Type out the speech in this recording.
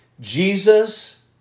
Jesus